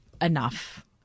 enough